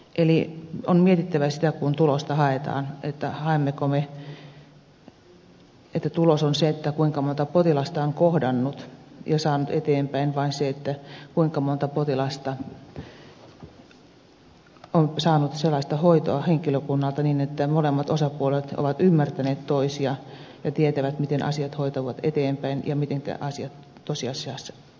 eli on mietittävä sitä kun tulosta haetaan haemmeko me sitä että tulos on se kuinka monta potilasta on kohdannut ja saanut eteenpäin vai se kuinka monta potilasta on saanut sellaista hoitoa henkilökunnalta niin että molemmat osapuolet ovat ymmärtäneet toisiaan ja tietävät miten asiat hoituvat eteenpäin ja mitenkä asiat tosiasiassa ovat